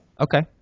Okay